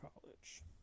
college